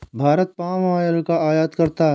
Bharat palm oil का आयात करता है